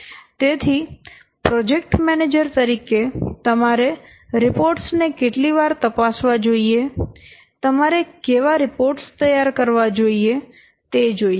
તેથી project manager તરીકે તમારે રિપોર્ટ્સ ને કેટલી વાર તપાસવા જોઈએ તમારે કેવા રિપોર્ટ્સ તૈયાર કરવા જોઈએ તે જોઈએ